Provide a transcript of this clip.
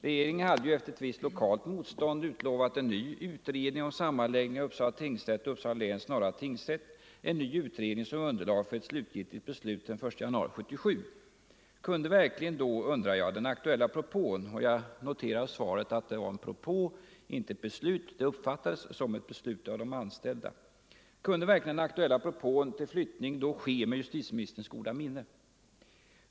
Regeringen hade ju efter ett visst lokalt motstånd utlovat en ny utredning om sammanläggningen av Uppsala tingsrätt och Uppsala läns norra tingsrätt som underlag för ett slutgiltigt beslut den 1 januari 1977. Kunde verkligen då, undrade jag, den aktuella propån — jag noterar efter att ha hört svaret att det var en propå och inte ett beslut; det uppfattades som ett beslut av de anställda — ske med justitieministerns goda minne?